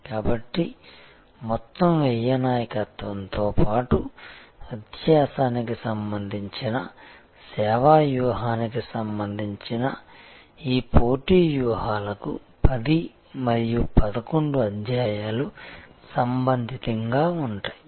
కాబట్టి మొత్తం వ్యయ నాయకత్వంతో పాటు వ్యత్యాసానికి సంబంధించిన సేవా వ్యూహానికి సంబంధించిన ఈ పోటీ వ్యూహాలకు 10 మరియు 11 అధ్యాయాలు సంబంధితంగా ఉంటాయి